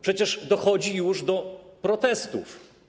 Przecież dochodzi już do protestów.